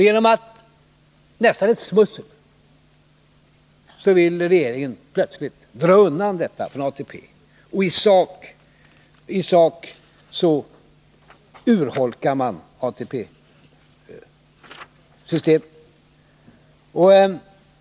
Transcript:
Genom vad som nästan är ett smussel vill regeringen plötsligt dra undan detta från ATP, och i sak urholkar man ATP-systemet.